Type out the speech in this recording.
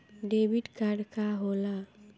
Debit card का होला?